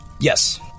Yes